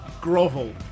grovel